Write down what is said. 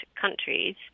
countries